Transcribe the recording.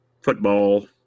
football